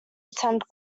attend